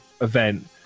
event